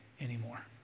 anymore